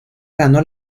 ganó